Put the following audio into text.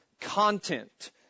content